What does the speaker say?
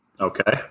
Okay